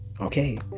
Okay